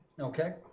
Okay